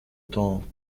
temps